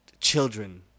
children